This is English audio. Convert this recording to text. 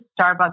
Starbucks